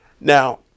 Now